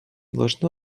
должно